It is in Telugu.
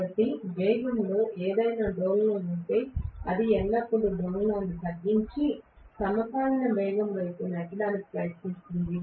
కాబట్టి వేగంలో ఏదైనా డోలనం ఉంటే అది ఎల్లప్పుడూ డోలనాన్ని తగ్గించి సమకాలిక వేగం వైపు నెట్టడానికి ప్రయత్నిస్తుంది